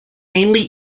mainly